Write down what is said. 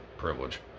privilege